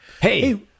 Hey